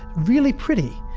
really pretty.